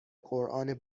قرآن